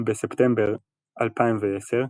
בספטמבר 2010,